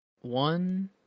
one